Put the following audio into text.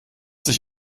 sich